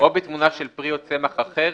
או בתמונה של פרי או צמח אחר,